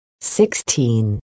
Sixteen